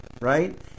right